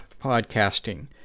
podcasting